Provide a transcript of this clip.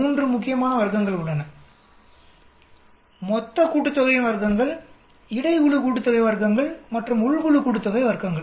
3 முக்கியமான வர்க்கங்கள் உள்ளன - மொத்த கூட்டுத்தொகையின் வர்க்கங்கள் இடை குழு கூட்டுத்தொகை வர்க்கங்கள் மற்றும் உள் குழு கூட்டுத்தொகை வர்க்கங்கள்